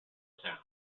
sounds